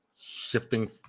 Shifting